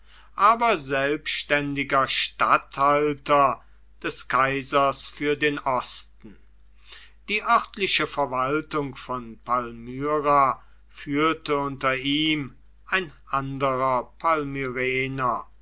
aber selbständiger statthalter des kaisers für den osten die örtliche verwaltung von palmyra führte unter ihm ein anderer